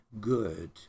good